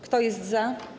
Kto jest za?